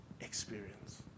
experience